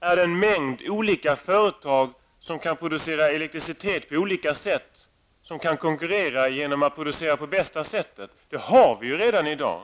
är det en mängd olika företag som kan producera elektricitet på olika sätt och som kan konkurrera genom att producera på bästa sättet. Så har vi det redan i dag.